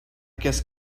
guess